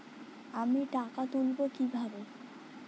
আমি টাকা তুলবো কি ভাবে?